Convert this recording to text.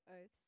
oaths